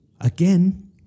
Again